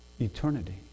eternity